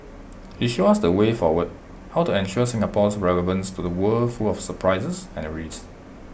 he showed us the way forward how to ensure Singapore's relevance to the world full of surprises and risks